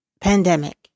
pandemic